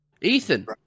Ethan